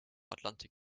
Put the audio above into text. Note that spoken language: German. atlantik